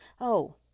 Oh